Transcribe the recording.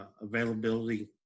availability